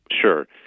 Sure